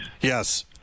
Yes